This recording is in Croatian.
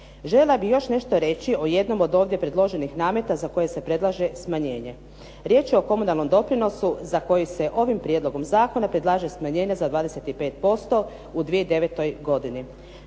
Željela bih još nešto reći o jednom od ovdje predloženih nameta za koje se predlaže smanjenje. Riječ je o komunalnom doprinosu za koje se ovim prijedlogom zakona predlaže smanjenje za 25% u 2009. godini.